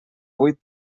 vuit